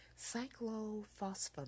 cyclophosphamide